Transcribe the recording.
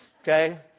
okay